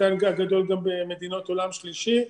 חלקן הגדול גם מדינות עולם שלישי,